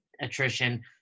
attrition